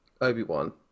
Obi-Wan